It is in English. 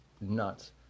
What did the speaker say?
nuts